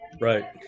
Right